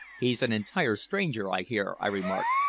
he's an entire stranger, i hear, i remarked.